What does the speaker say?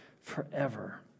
forever